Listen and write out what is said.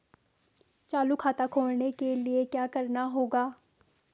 चालू खाता खोलने के लिए क्या करना होगा?